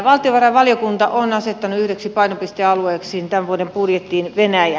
valtiovarainvaliokunta on asettanut yhdeksi painopistealueeksi tämän vuoden budjettiin venäjän